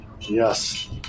yes